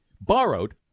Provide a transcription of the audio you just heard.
Borrowed